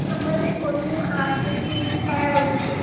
আমাদের কোনো আবেদন করা উচিত